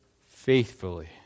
faithfully